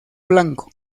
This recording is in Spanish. blanco